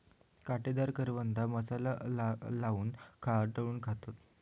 काटेदार करवंदा मसाला लाऊन तळून खातत